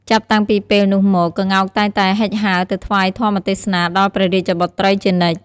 ចាប់តាំងពីពេលនោះមក ក្ងោកតែងតែហិចហើរទៅថ្វាយធម្មទេសនាដល់ព្រះរាជបុត្រីជានិច្ច ។